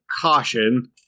caution